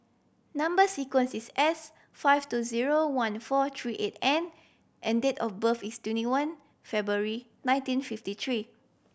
number sequence is S five two zero one four three eight N and date of birth is twenty one February nineteen fifty three